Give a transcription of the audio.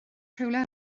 rhywle